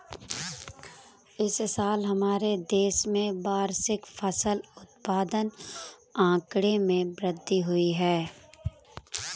इस साल हमारे देश में वार्षिक फसल उत्पादन आंकड़े में वृद्धि हुई है